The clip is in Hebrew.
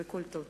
וכל טוב.